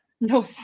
no